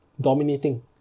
dominating